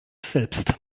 selbst